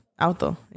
Auto